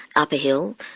up a hill.